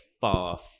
far